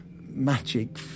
magic